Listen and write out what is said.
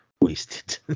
Wasted